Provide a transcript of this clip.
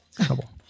trouble